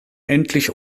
endlich